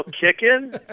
kicking